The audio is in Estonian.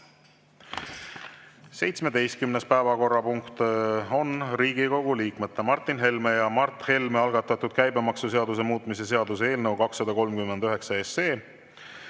17. päevakorrapunkt on Riigikogu liikmete Martin Helme ja Mart Helme algatatud käibemaksuseaduse muutmise seaduse eelnõu 239.